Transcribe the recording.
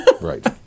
Right